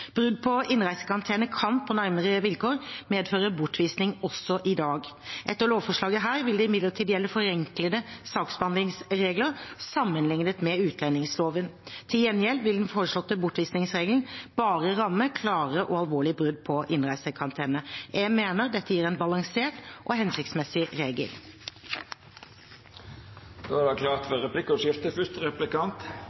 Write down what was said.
Brudd på innreisekarantene kan, på nærmere vilkår, medføre bortvisning også i dag. Etter lovforslaget her vil det imidlertid gjelde forenklede saksbehandlingsregler sammenlignet med utlendingsloven. Til gjengjeld vil den foreslåtte bortvisningsregelen bare ramme klare og alvorlige brudd på innreisekarantenen. Jeg mener dette gir en balansert og hensiktsmessig regel. Det vert replikkordskifte. Regjeringens jobb er